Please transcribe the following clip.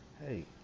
hey